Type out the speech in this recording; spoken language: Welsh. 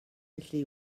felly